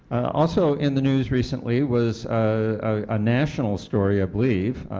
also in the news recently, was a national story i believe,